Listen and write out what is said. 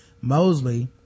Mosley